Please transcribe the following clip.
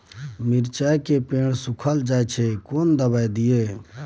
मिर्चाय के पेड़ सुखल जाय छै केना दवाई दियै?